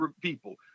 people